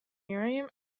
urim